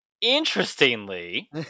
interestingly